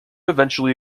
eventually